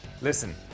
Listen